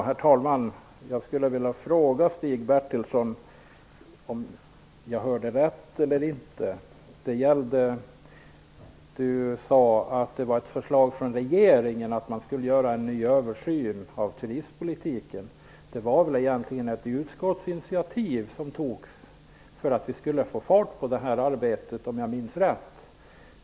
Herr talman! Jag skulle vilja fråga Stig Bertilsson om jag hörde rätt eller inte. Han sade att det var regeringens förslag att göra en ny översyn av turistpolitiken. Det var egentligen ett utskottsinitiativ för att få fart på arbetet, om jag minns rätt.